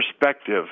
perspective